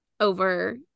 Over